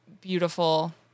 Beautiful